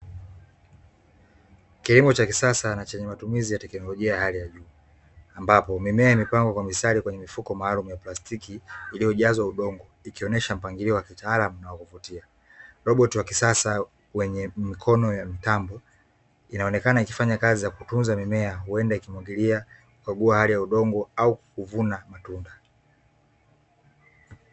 Kilimo cha kisasa na chenye matumizi ya teknolojia ya hali ya juu, ambapo mimea imepangwa kwa mistari kwenye mifuko maalumu ya plastiki, iliyojazwa udongo ikionesha mpangilio wakitaalamu na wakuvutia, roboti wakisasa wenye mikono ya mitambo inaonekana ikifanya kazi ya kutunza mimea, huenda ikimwagilia, kukagua hali ya udongo au kuvuna matunda